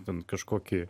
ten kažkokį